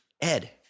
Ed